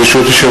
בעד, 10,